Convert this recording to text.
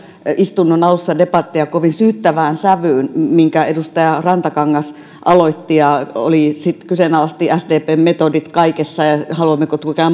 istunnon alussa debattia kovin syyttävään sävyyn minkä edustaja rantakangas aloitti ja hän kyseenalaisti sdpn metodit kaikessa ja haluammeko tukea